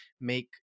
make